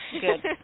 Good